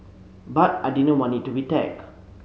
but I didn't want it to be tag